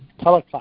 teleclass